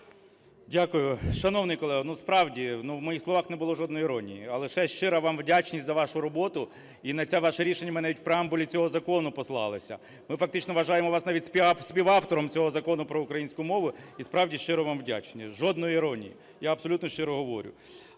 Дякую. Шановний колего, ну, справді, ну, в моїх словах не було жодної іронії, а лише щира вам вдячність за вашу роботу, і на це ваше рішення ми навіть в Преамбулі цього закону послалися. Ми фактично вважаємо вас навіть співавтором цього Закону про українську мову і справді щиро вам вдячні. Жодної іронії, я абсолютно щиро говорю.